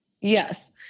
Yes